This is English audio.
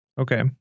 Okay